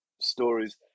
stories